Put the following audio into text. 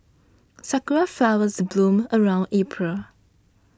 sakura flowers bloom around April